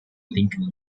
lincoln